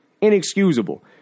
Inexcusable